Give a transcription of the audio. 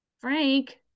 Frank